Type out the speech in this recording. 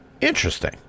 Interesting